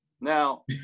Now